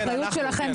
זו האחריות שלכם,